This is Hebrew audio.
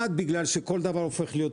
אחד, כי כל דבר הופך להיות פוליטי,